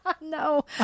No